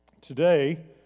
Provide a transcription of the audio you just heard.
Today